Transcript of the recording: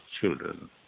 Children